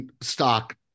stock